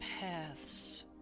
paths